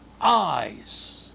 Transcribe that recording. eyes